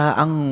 ang